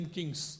Kings